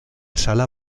sala